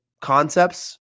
concepts